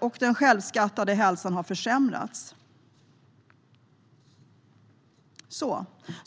Även den självskattade hälsan har försämrats.